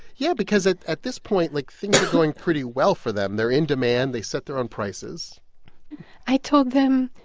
yeah? because at at this point, like, things are going pretty well for them. they're in demand. they set their own prices i told them,